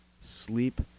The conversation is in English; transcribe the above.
sleep